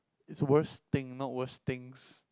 is worst thing not worse things